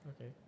okay